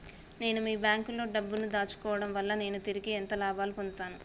నేను మీ బ్యాంకులో డబ్బు ను దాచుకోవటం వల్ల నేను తిరిగి ఎంత లాభాలు పొందుతాను?